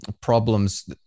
problems